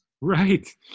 right